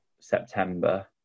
September